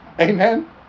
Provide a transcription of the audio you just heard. Amen